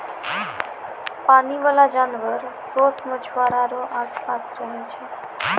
पानी बाला जानवर सोस मछुआरा रो आस पास रहै छै